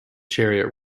chariot